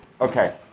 Okay